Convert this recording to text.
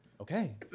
okay